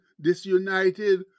disunited